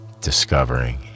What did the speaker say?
discovering